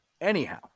Anyhow